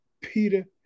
Peter